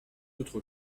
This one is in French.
autre